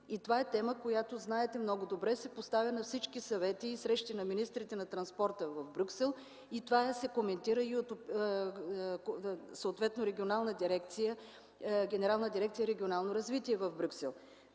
И това е тема, която, знаете много добре, се поставя на всички съвети и срещи на министрите на транспорта в Брюксел. Това се коментира съответно и от Генерална дирекция „Регионално развитие” в Брюксел.